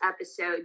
episode